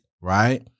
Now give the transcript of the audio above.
Right